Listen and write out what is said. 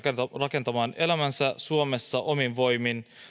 rakentamaan elämäänsä suomessa omin voimin